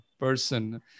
person